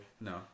no